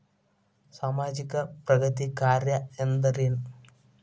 ಸಾಮಾಜಿಕ ಪ್ರಗತಿ ಕಾರ್ಯಾ ಅಂದ್ರೇನು?